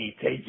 take